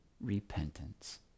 repentance